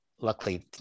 Luckily